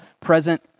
present